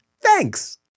Thanks